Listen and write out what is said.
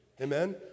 amen